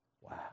Wow